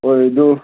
ꯍꯣꯏ ꯑꯗꯨ